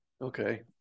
Okay